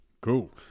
Cool